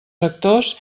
sectors